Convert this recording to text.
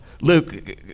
Luke